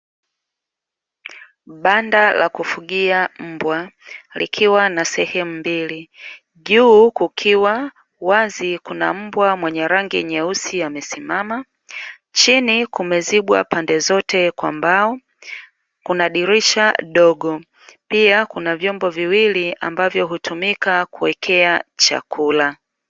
Banda la kufugia mbwa, likiwa na sehemu mbili juu kukiwa wazi kuna mbwa mwenye brangi nyeusi akiwa amesimama, chini kumezibwa pande zote kwa mbao kuna dirisha dogo, pia kuna vyombo viwili ambavyo hutumika kuwekea chakula.